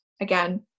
again